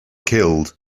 killed